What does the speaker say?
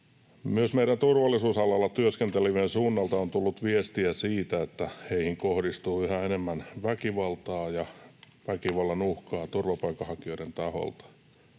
Myös turvallisuusalalla työskentelevien suunnalta on tullut viestiä siitä, että heihin kohdistuu yhä enemmän väkivaltaa ja väkivallan uhkaa turvapaikanhakijoiden taholta.